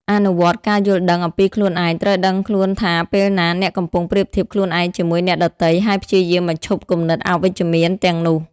អនុវត្តការយល់ដឹងអំពីខ្លួនឯង ត្រូវដឹងខ្លួនថាពេលណាអ្នកកំពុងប្រៀបធៀបខ្លួនឯងជាមួយអ្នកដទៃ ហើយព្យាយាមបញ្ឈប់គំនិតអវិជ្ជមានទាំងនោះ។